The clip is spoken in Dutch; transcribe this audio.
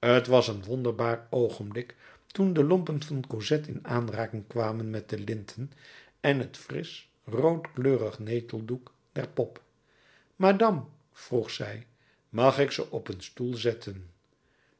t was een wonderbaar oogenblik toen de lompen van cosette in aanraking kwamen met de linten en het frisch roodkleurig neteldoek der pop madame vroeg zij mag ik ze op een stoel zetten